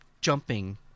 jumping